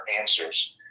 answers